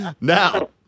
Now